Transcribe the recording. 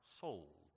soul